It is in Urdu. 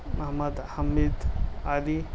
محمد حامد علی